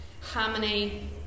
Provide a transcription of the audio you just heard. harmony